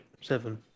Seven